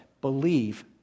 Believe